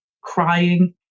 crying